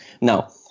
Now